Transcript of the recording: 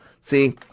See